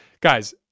Guys